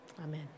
Amen